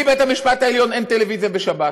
בלי בית-המשפט העליון אין טלוויזיה בשבת.